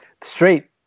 Straight